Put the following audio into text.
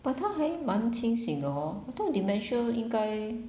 but 他还蛮清醒的 hor 我 thought dementia 应该